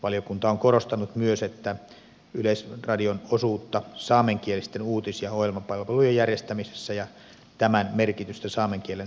valiokunta on korostanut myös yleisradion osuutta saamenkielisten uutis ja ohjelmapalvelujen järjestämisessä ja tämän merkitystä saamen kielen elinvoimaisuuden varmistamiselle